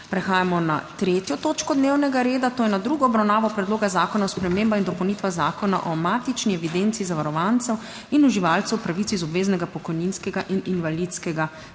prekinjeno 3. točko dnevnega reda, to je z drugo obravnavo Predloga zakona o spremembah in dopolnitvah Zakona o matični evidenci zavarovancev in uživalcev pravic iz obveznega pokojninskega in invalidskega